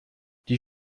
die